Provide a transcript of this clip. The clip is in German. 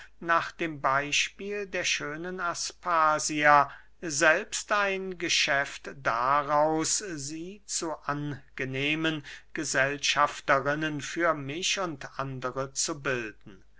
nach dem beyspiele der schönen aspasia selbst ein geschäft daraus sie zu angenehmen gesellschafterinnen für mich und andere zu bilden